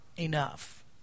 enough